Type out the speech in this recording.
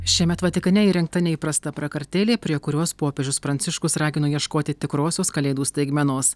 šiemet vatikane įrengta neįprasta prakartėlė prie kurios popiežius pranciškus ragino ieškoti tikrosios kalėdų staigmenos